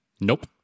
Nope